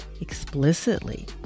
explicitly